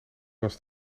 was